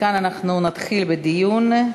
מכאן נתחיל בדיון.